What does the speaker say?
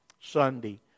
Sunday